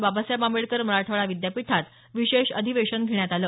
बाबासाहेब आंबेडकर मराठवाडा विद्यापीठात विशेष अधिवेशन घेण्यात आलं